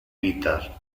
peter